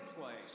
place